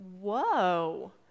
Whoa